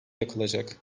yakılacak